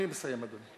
אני מסיים, אדוני.